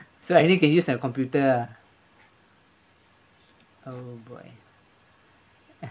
so I think can use the computer lah oh boy